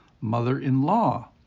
mother-in-law